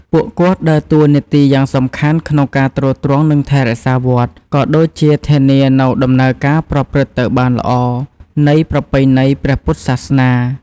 ពួកគាត់ដើរតួនាទីយ៉ាងសំខាន់ក្នុងការទ្រទ្រង់ និងថែរក្សាវត្ត ក៏ដូចជាធានានូវដំណើរការប្រព្រឹត្តទៅបានល្អនៃប្រពៃណីព្រះពុទ្ធសាសនា។